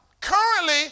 Currently